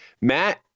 Matt